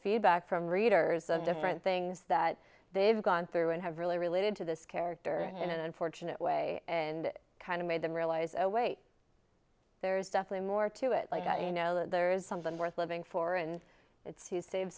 speed back from readers of different things that they've gone through and have really related to this character in an unfortunate way and it kind of made them realize oh wait there's definitely more to it like that you know there is something worth living for and it's to save